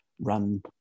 run